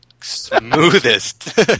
smoothest